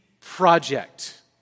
project